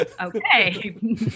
Okay